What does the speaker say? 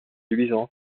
luisant